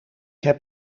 heb